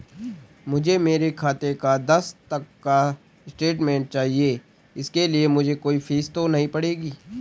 मुझे मेरे खाते का दस तक का स्टेटमेंट चाहिए इसके लिए मुझे कोई फीस तो नहीं पड़ेगी?